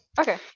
okay